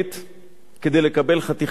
כדי לקבל חתיכת מתכת,